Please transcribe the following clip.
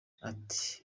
ati